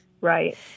Right